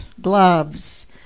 gloves